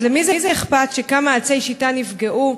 אז למי אכפת שכמה עצי שיטה נפגעו?